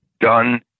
done